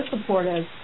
supportive